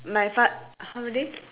my fa~